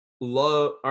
love